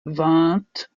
vingt